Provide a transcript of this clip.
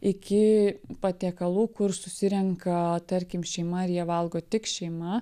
iki patiekalų kur susirenka tarkim šeima ir jie valgo tik šeima